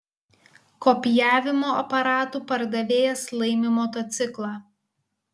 kopijavimo aparatų pardavėjas laimi motociklą